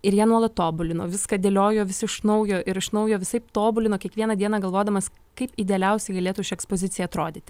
ir ją nuolat tobulino viską dėliojo vis iš naujo ir iš naujo visaip tobulino kiekvieną dieną galvodamas kaip idealiausiai galėtų ši ekspozicija atrodyti